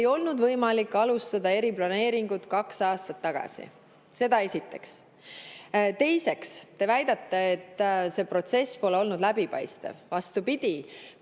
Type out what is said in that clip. ei olnud võimalik alustada eriplaneeringut kaks aastat tagasi. Seda esiteks. Teiseks, te väidate, et see protsess pole olnud läbipaistev. Vastupidi: